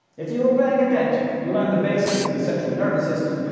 if you were paying attention, you learned the basics of the central nervous system,